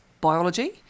biology